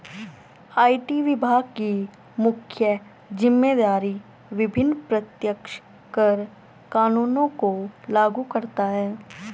IT विभाग की मुख्य जिम्मेदारी विभिन्न प्रत्यक्ष कर कानूनों को लागू करता है